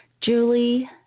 Julie